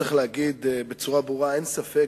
צריך להגיד בצורה ברורה שאין ספק,